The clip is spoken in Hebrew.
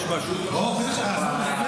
יש משהו, יש קשר.